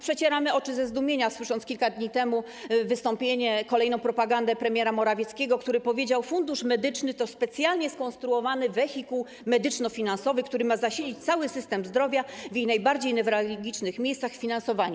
Przecieraliśmy oczy ze zdumienia, słysząc kilka dni temu takie wystąpienie, kolejną propagandę premiera Morawieckiego, który powiedział: Fundusz Medyczny to specjalnie skonstruowany wehikuł medyczno-finansowy, który ma zasilać cały system zdrowia, w jego najbardziej newralgicznych miejscach, w finansowanie.